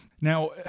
Now